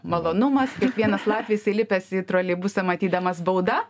malonumas kiekvienas latvis įlipęs į troleibusą matydamas bauda